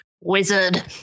wizard